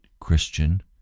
Christian